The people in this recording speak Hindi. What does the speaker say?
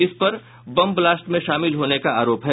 इस पर बम ब्लास्ट में शामिल होने का आरोप है